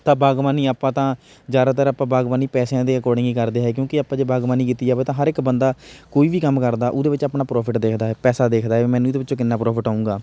ਤਾਂ ਬਾਗਬਾਨੀ ਆਪਾਂ ਤਾਂ ਜ਼ਿਆਦਾਤਰ ਆਪਾਂ ਬਾਗਬਾਨੀ ਪੈਸਿਆਂ ਦੇ ਅਕੋਡਿੰਗ ਹੀ ਕਰਦੇ ਹੈ ਕਿਉਂਕਿ ਆਪਾਂ ਜੇ ਬਾਗਬਾਨੀ ਕੀਤੀ ਜਾਵੇ ਤਾਂ ਹਰ ਇੱਕ ਬੰਦਾ ਕੋਈ ਵੀ ਕੰਮ ਕਰਦਾ ਉਹਦੇ ਵਿੱਚ ਆਪਣਾ ਪ੍ਰੋਫਿਟ ਦੇਖਦਾ ਹੈ ਪੈਸਾ ਦੇਖਦਾ ਏ ਮੈਨੂੰ ਇਹਦੇ ਵਿੱਚੋਂ ਕਿੰਨਾ ਪ੍ਰੋਫਿਟ ਆਊਂਗਾ